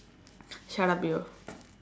shut up you